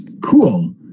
cool